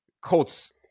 Colts